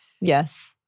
Yes